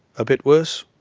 a bit worse?